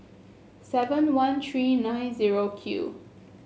seven one three nine zero Q